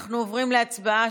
אנחנו עוברים להצבעה.